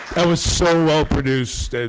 that was so well produced.